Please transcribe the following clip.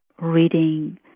reading